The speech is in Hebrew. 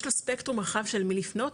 יש לו ספקטרום רחב של מי לפנות,